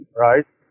right